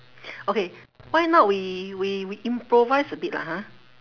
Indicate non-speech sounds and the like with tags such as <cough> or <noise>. <noise> okay why not we we we improvise a bit lah ha